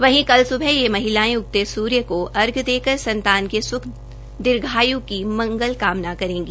वहीं कल सुबह ये महिलाएं उगते सूर्य को अर्घ्य देकर संतान के सुख दीर्घायु की मंगल कामना करेंग